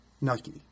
Nucky